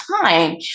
time